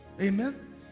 Amen